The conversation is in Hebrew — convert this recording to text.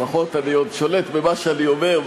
לפחות אני עוד שולט במה שאני אומר,